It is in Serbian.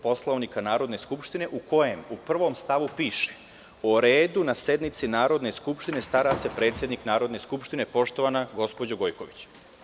Poslovnika Narodne skupštine, u kojem u prvom stavu piše - o redu na sednici Narodne skupštine stara se predsednik Narodne skupštine, poštovana gospođo Gojković.